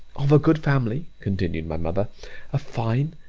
of a good family, continued my mother a fine,